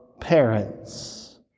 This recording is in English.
parents